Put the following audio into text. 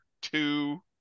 two